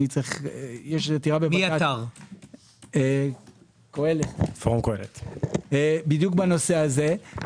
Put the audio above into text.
קהלת עתרו בנושא הזה,